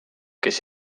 kes